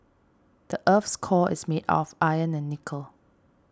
the earth's core is made of iron and nickel